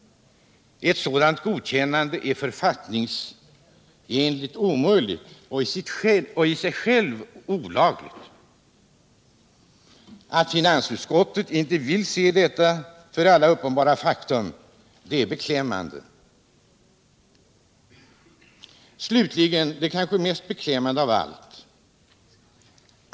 Ett sådant godkännande är författningsenligt omöjligt och i sig självt olagligt. Att finansutskottet inte vill inse detta för alla uppenbara faktum är beklämmande. Slutligen det kanske mest beklämmande av allt!